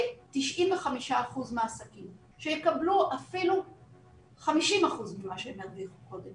ב-95% מהעסקים שיקבלו אפילו 50% ממה שהם הרוויחו קודם